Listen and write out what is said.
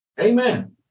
Amen